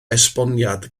esboniad